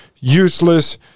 useless